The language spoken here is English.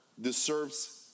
deserves